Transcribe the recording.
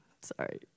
sorry